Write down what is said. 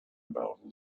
about